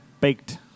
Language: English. baked